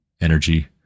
energy